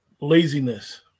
Laziness